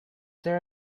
there